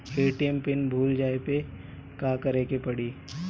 ATM pin भूल जाए पे का करे के पड़ी?